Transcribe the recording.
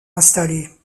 installés